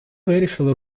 вирішили